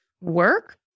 work